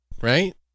right